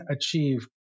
achieve